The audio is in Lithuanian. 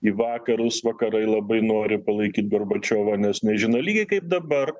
į vakarus vakarai labai nori palaikyt gorbačiovą nes nežino lygiai kaip dabar